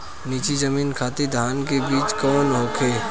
नीची जमीन खातिर धान के बीज कौन होखे?